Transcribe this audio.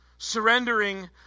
Surrendering